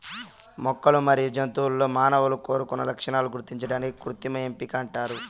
మొక్కలు మరియు జంతువులలో మానవులు కోరుకున్న లక్షణాలను గుర్తించడాన్ని కృత్రిమ ఎంపిక అంటారు